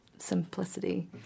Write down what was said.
Simplicity